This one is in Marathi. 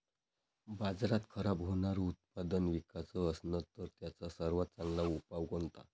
बाजारात खराब होनारं उत्पादन विकाच असन तर त्याचा सर्वात चांगला उपाव कोनता?